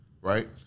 right